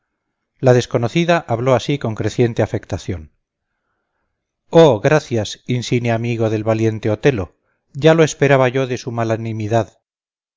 la desconocida habló así con creciente afectación oh gracias insine amigo del valiente otelo ya lo esperaba yo de su malanimidad